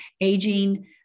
aging